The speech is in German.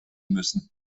müssen